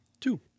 Two